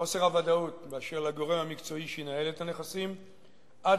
חוסר הוודאות אשר לגורם המקצועי שינהל את הנכסים עד